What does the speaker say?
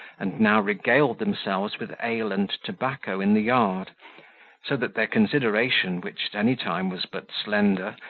and now regaled themselves with ale and tobacco in the yard so that their consideration, which at any time was but slender,